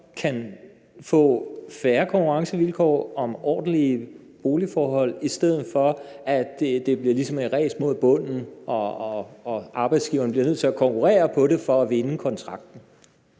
kan få fair konkurrencevilkår i forhold til ordentlige boligforhold, i stedet for at det ligesom bliver et ræs mod bunden, og at arbejdsgiverne bliver nødt til at konkurrere på det for at vinde kontrakten?